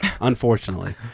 unfortunately